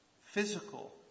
Physical